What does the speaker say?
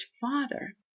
father